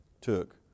took